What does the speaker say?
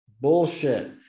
Bullshit